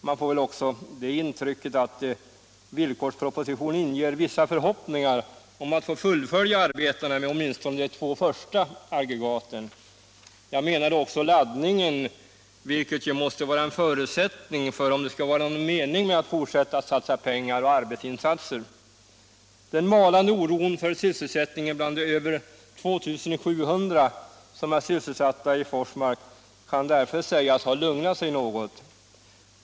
Man får också det intrycket att villkorspropositionen inger vissa förhoppningar om att få fullfölja ar 65 betena med åtminstone de två första aggregaten. Jag menar då också laddningen, som ju måste vara en förutsättning om det skall vara någon mening med att fortsätta att satsa pengar och göra arbetsinsatser. Den malande oron för sysselsättningen bland de över 2 700 man som är sysselsatta vid Forsmark kan därför sägas ha lagt sig något.